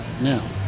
now